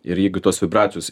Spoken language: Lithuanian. ir jeigu tos vibracijos